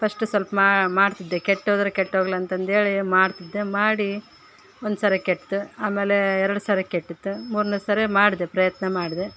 first ಸ್ವಲ್ಪ ಮಾಡ್ತಿದ್ದೆ ಕೆಟ್ಟೋದರೆ ಕೆಟ್ಟೋಗ್ಲಿ ಅಂತಂದೇಳಿ ಮಾಡ್ತಿದ್ದೆ ಮಾಡಿ ಒಂದುಸಾರೆ ಕೆಟ್ಟಿತು ಆಮೇಲೆ ಎರಡುಸಾರೆ ಕೆಟ್ಟಿತು ಮೂರನೇಸಾರೆ ಮಾಡಿದೆ ಪ್ರಯತ್ನ ಮಾಡಿದೆ